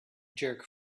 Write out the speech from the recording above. jerk